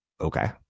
Okay